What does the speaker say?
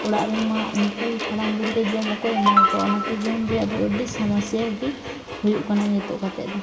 ᱚᱲᱟᱜ ᱨᱮᱢᱟ ᱩᱱᱠᱩ ᱦᱟᱲᱟᱢ ᱵᱩᱲᱦᱤ ᱫᱚ ᱡᱚᱢ ᱚᱠᱚᱭᱮ ᱮᱢᱟ ᱠᱚᱣᱟ ᱡᱚᱢ ᱨᱮᱭᱟᱜ ᱫᱚ ᱟᱹᱰᱤ ᱥᱚᱢᱚᱥᱥᱟ ᱜᱮ ᱦᱩᱭᱩᱜ ᱠᱟᱱᱟ ᱱᱤᱛᱚᱜ ᱠᱟᱛᱮ ᱫᱚ